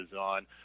on